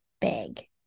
big